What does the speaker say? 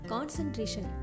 Concentration